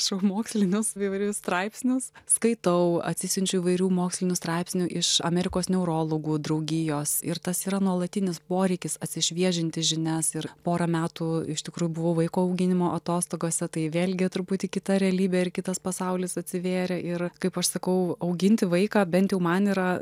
su mokslinius įvairius straipsnius skaitau atsisiunčiau įvairių mokslinių straipsnių iš amerikos neurologų draugijos ir tas yra nuolatinis poreikis atsišviežinti žinias ir pora metų iš tikrųjų buvau vaiko auginimo atostogose tai vėlgi truputį kita realybė ir kitas pasaulis atsivėrė ir kaip aš sakau auginti vaiką bent jau man yra